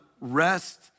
rest